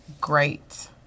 great